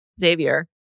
Xavier